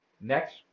next